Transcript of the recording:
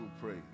praise